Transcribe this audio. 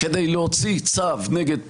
כדי להוציא צו נגד פעולותיו,